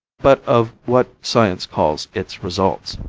but of what science calls its results.